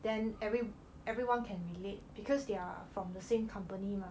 then every everyone can relate because they are from the same company mah